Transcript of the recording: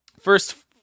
first